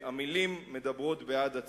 המלים מדברות בעד עצמן.